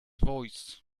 voice